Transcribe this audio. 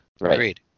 agreed